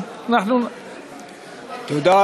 תודה,